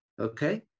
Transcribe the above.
Okay